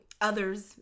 others